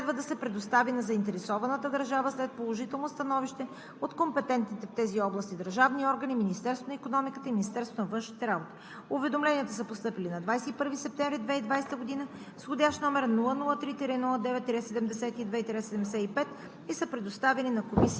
задължителни за Република България, разрешенията за прелитане във въздушното пространство на страната следва да се предостави на заинтересованата държава след положително становище от компетентните в тези области държавни органи Министерство на икономиката и Министерство на външните работи. Уведомленията са постъпили на 21 септември 2020 г.